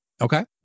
Okay